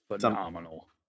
phenomenal